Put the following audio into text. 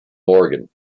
morgan